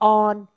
on